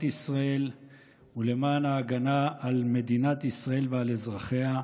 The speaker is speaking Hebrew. ישראל ולמען ההגנה על מדינת ישראל ועל אזרחיה,